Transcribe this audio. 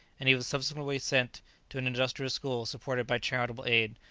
and he was subsequently sent to an industrial school supported by charitable aid,